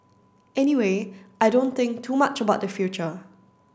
anyway I don't think too much about the future